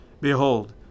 Behold